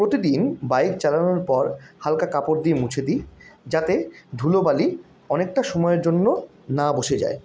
প্রতিদিন বাইক চালানোর পর হালকা কাপড় দিয়ে মুছে দিই যাতে ধুলোবালি অনেকটা সময়ের জন্য না বসে যায়